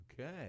Okay